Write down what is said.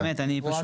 במאת.